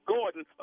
Gordon